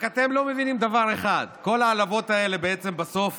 רק אתם לא מבינים דבר אחד: כל ההעלבות האלה בעצם בסוף